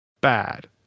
bad